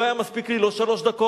לא היו מספיקים לי לא שלוש דקות,